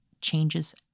changes